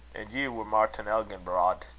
and ye were martin elginbrodde